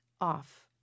off